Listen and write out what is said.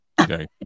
okay